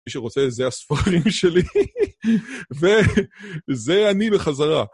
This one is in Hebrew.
מי שרוצה זה הספרים שלי. וזה אני בחזרה.